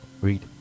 Read